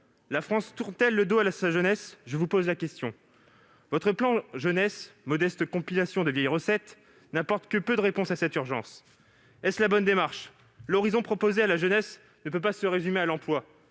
La France tourne-t-elle le dos à sa jeunesse ? Je vous pose la question. Votre plan Jeunes, modeste compilation de vieilles recettes, n'apporte que peu de réponses à cette urgence. Est-ce la bonne démarche ? L'horizon proposé à la jeunesse ne peut pas se résumer à l'emploi.